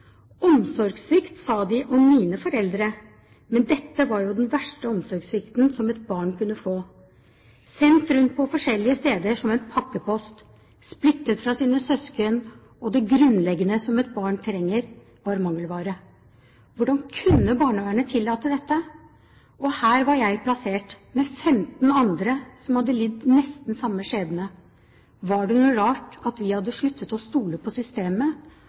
Omsorgssvikt, sa de om mine foreldre, men dette var jo den verste omsorgssvikten som et barn kunne oppleve. Sendt rundt på forskjellige steder som en pakkepost, splittet fra sine søsken – og det grunnleggende som et barn trenger, var mangelvare. Hvordan kunne barnevernet tillate dette? Og her var jeg plassert med femten andre som hadde lidd nesten samme skjebne. Var det noe rart at vi hadde sluttet å stole på systemet,